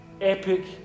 epic